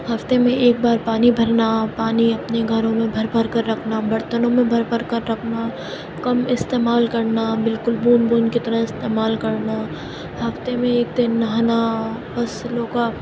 ہفتے میں ایک بار پانی بھرنا پانی اپنے گھروں میں بھر بھر کر رکھنا برتنوں میں بھر بھر کر رکھنا کم استعمال کرنا بالکل بوند بوند کی طرح استعمال کرنا ہفتے میں ایک دن نہانا بس لوگا